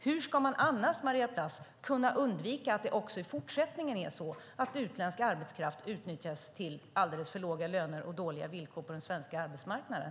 Hur ska man annars, Maria Plass, kunna undvika att utländsk arbetskraft också i fortsättningen utnyttjas och får alldeles för låga löner och dåliga villkor på den svenska arbetsmarknaden?